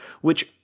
which-